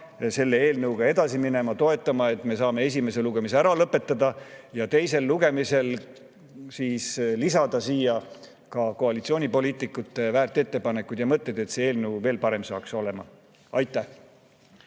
selle eelnõuga edasi minema, seda toetama, nii et me saame esimese lugemise ära lõpetada ja teisel lugemisel lisada siia ka koalitsioonipoliitikute väärt ettepanekuid ja mõtteid, et see eelnõu veel parem saaks olema. Aitäh!